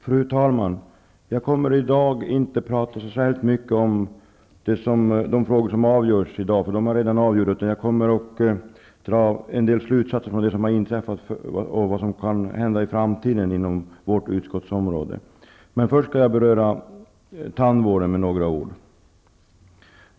Fru talman! Jag kommer nu inte att tala särskilt mycket om de frågor som avgörs i dag, för de är ju redan avgjorda, utan jag kommer att dra en del slutsatser av det som har inträffat -- och det som kan hända i framtiden -- inom vårt utskotts område. Men först skall jag med några ord beröra tandvården.